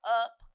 up